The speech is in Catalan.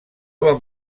van